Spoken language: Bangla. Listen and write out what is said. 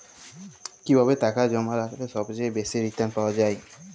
কিভাবে টাকা জমা রাখলে সবচেয়ে বেশি রির্টান পাওয়া য়ায়?